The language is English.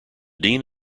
dean